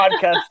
podcast